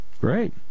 Great